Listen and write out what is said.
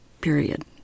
Period